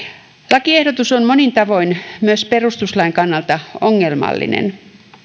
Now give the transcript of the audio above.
lakiehdotus on monin tavoin myös perustuslain kannalta ongelmallinen